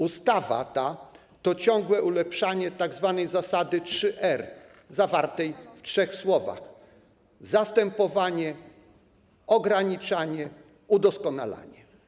Ustawa ta to ciągłe ulepszanie tzw. zasady 3R zawartej w trzech słowach: zastępowanie, ograniczanie, udoskonalanie.